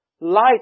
Light